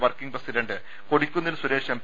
working president Kodikunnil Suresh M